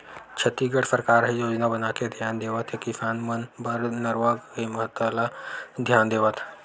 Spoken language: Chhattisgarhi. छत्तीसगढ़ सरकार ह योजना बनाके धियान देवत हे किसान मन बर नरूवा के महत्ता ल धियान देवत